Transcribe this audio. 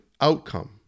outcome